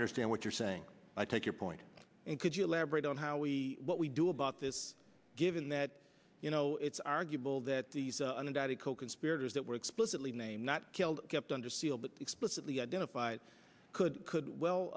understand what you're saying i take your point and could you elaborate on how we what we do about this given that you know it's arguable that these unindicted coconspirators that were explicitly named not killed kept under seal but explicitly identified could could well